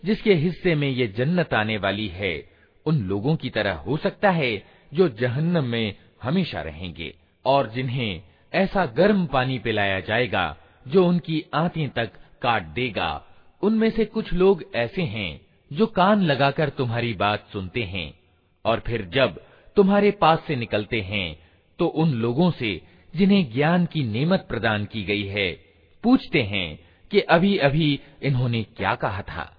जिसके हिस्से में ये जन्नत आने वाली है, उन लोगों की तरह हो सकता है जो जहन्नम में हमेशा रहेंगे, और जिन्हें ऐसा गर्म पानी पिलाया जाएगा, जो उनकी आंतें तक काट देगा। उनमें से कुछ लोग ऐसे हैं, जो कान लगाकर तुम्हारी बात सुनते हैं, और फिर जब तुम्हारे पास से निकलते हैं, तो उन लोगों से जिन्हें ज्ञान की नेमत प्रदान की गई है, पूछते हैं कि अभी-अभी इन्होंने क्या कहा था।